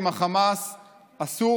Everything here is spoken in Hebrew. אז היום,